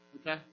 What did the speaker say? Okay